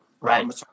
right